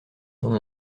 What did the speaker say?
ton